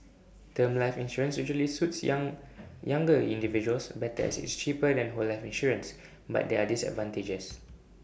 term life insurance usually suits young younger individuals better as IT is cheaper than whole life insurance but there're disadvantages